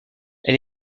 elle